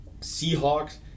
Seahawks